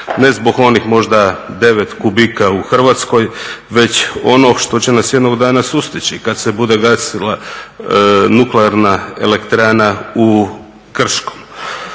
ne zbog onih možda devet kubika u Hrvatskoj već onog što će nas jednog dana sustići kad se bude gasila nuklearna elektrana u Krškom,